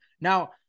Now